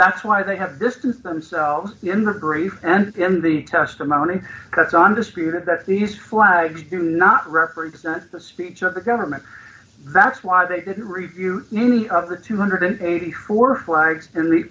that's why they have distanced themselves in the grief and in the testimony that's on disputed that these flags do not represent the speech of the government that's why they didn't review any of the two hundred and eighty four dollars wives and the